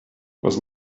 was